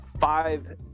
five